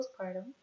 Postpartum